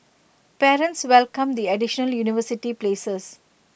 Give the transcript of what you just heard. parents welcomed the additional university places